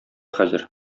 хәзер